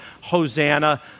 Hosanna